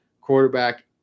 quarterback